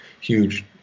huge